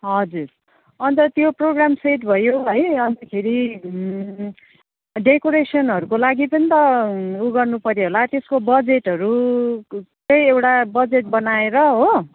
हजुर अन्त त्यो प्रोग्राम सेट भयो है अन्तखेरि डेकोरेसनहरूको लागि पनि त ऊ गर्नुपर्यो होला त्यसको बजेटहरू केही एउटा बजेट बनाएर हो